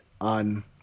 on